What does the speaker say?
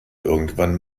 irgendwann